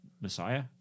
Messiah